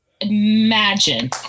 Imagine